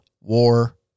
War